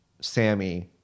Sammy